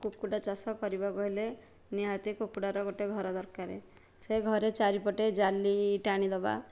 କୁକୁଡ଼ା ଚାଷ କରିବାକୁ ହେଲେ ନିହାତି କୁକୁଡ଼ାର ଗୋଟିଏ ଘର ଦରକାର ସେ ଘରେ ଚାରି ପଟେ ଜାଲି ଟାଣି ଦେବା